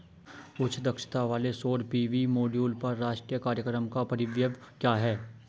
उच्च दक्षता वाले सौर पी.वी मॉड्यूल पर राष्ट्रीय कार्यक्रम का परिव्यय क्या है?